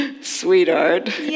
sweetheart